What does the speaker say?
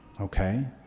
okay